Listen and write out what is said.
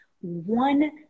one